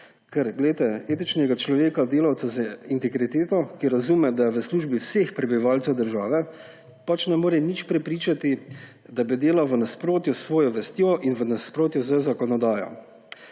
Ker poglejte, etičnega človeka, delavca z integriteto, ki razume, da je v službi vseh prebivalcev države, pač ne more nič prepričati, da bi delal v nasprotju s svojo vestjo in v nasprotju z zakonodajo.